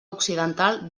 occidental